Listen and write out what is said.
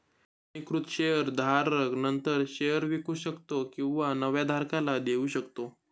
नोंदणीकृत शेअर धारक नंतर शेअर विकू शकतो किंवा नव्या धारकाला देऊ शकतो